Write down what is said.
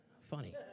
Funny